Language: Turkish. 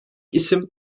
isim